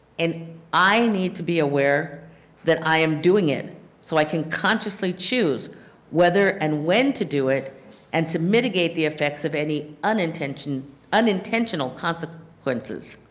and i need to be aware that i am doing it so i can consciously choose whether and when to do it and to mitigate the effects of any unintentional unintentional consequences.